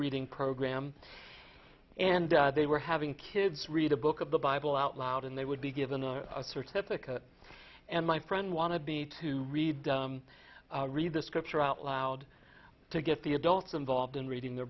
reading program and they were having kids read a book of the bible out loud and they would be given a certificate and my friend want to be to read read the scripture out loud to get the adults involved in reading their